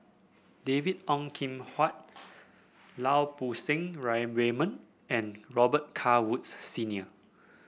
David Ong Kim Huat Lau Poo Seng Raymond and Robet Carr Woods Senior